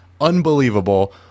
unbelievable